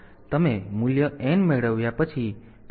તેથી તમે મૂલ્ય n મેળવ્યા પછી તમને મૂલ્ય n મળશે